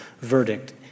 verdict